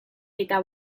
eta